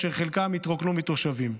וחלקם התרוקנו מתושבים.